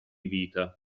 vita